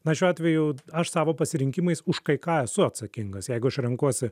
na šiuo atveju aš savo pasirinkimais už kai ką esu atsakingas jeigu aš renkuosi